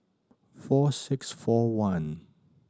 four six four one